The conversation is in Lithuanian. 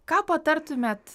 ką patartumėt